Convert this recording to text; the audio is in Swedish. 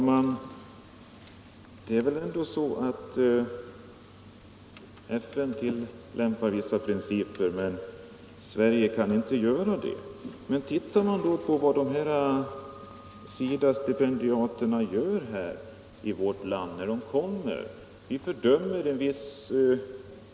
Herr talman! Det är riktigt att FN tillämpar vissa principer, men Sverige kan inte tillämpa samma principer. Låt oss se vad SIDA-stipendiaterna från Chile gör när de kommer till vårt land. Vi fördömer regimen i Chile, juntan.